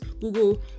google